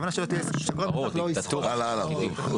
הכוונה שלו היא שהוא לא --- הלאה, הלאה.